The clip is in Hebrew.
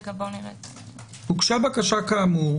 הוגשה בקשה כאמור